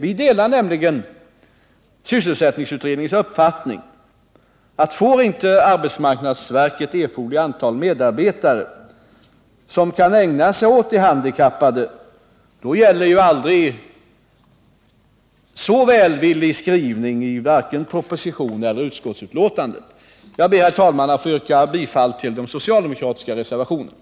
Vi delar nämligen sysselsättningsutredningens uppfattning att om inte arbetsmarknadsverket får erforderligt antal medarbetare som kan ägna sig åt de handikappade, då hjälper inte en aldrig så välvillig skrivning i proposition eller betänkande. Jag ber, herr talman, att få yrka bifall till de socialdemokratiska reservationerna.